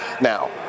Now